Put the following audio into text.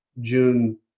June